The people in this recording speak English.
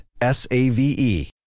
S-A-V-E